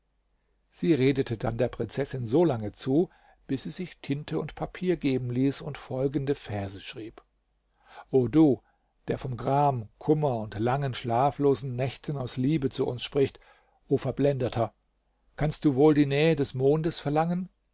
sie redete dann der prinzessin solange zu bis sie sich tinte und papier geben ließ und folgende verse schrieb o du der vom gram kummer und langen schlaflosen nächten aus liebe zu uns spricht o verblendeter kannst du wohl die nähe des mondes verlangen